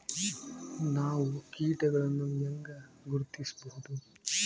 ನಾವು ಕೇಟಗಳನ್ನು ಹೆಂಗ ಗುರ್ತಿಸಬಹುದು?